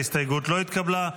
ההסתייגות לא התקבלה.